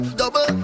double